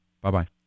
Bye-bye